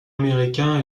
américain